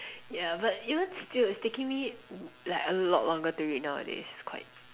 yeah but even still it's taking me like a lot longer to read nowadays quite